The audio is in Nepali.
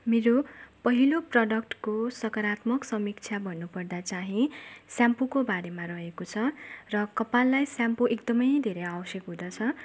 मेरो पहिलो प्रडक्टको सकारात्मक समीक्षा भन्नुपर्दा चाहिँ सेम्पूको बारेमा रहेको छ र कपाललाई सेम्पू एकदमै धेरै आवश्यक हुँदछ